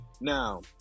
Now